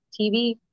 TV